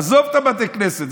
עזוב את בתי הכנסת,